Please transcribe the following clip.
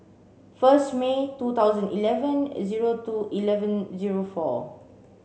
first May two thousand eleven zero two eleven zero four